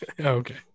Okay